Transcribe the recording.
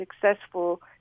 successful